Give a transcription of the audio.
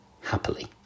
happily